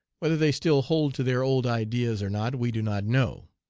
whether they still hold to their old ideas, or not, we do not know.